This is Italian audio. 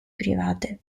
private